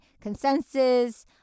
Consensus